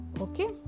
okay